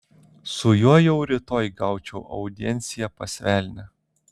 su juo jau rytoj gaučiau audienciją pas velnią